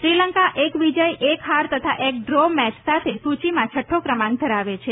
શ્રીલંકા એક વિજય એક હાર તથા એક ડ્રો મેચ સાથે સૂચીમાં છઠ્ઠો ક્રમાંક ધરાવે છે